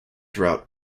drought